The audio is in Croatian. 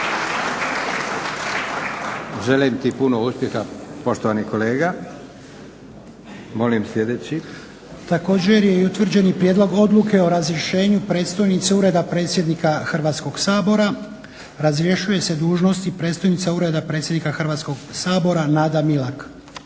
Želim ti puno uspjeha poštovani kolega. Molim sljedeći. **Lučin, Šime (SDP)** Također je utvrđen i Prijedlog odluke o razrješenju i predstojnice Ureda predsjednika Hrvatskog sabora. Razrješuje se dužnosti predstojnica Ureda predsjednika Hrvatskog sabora Nada Milak.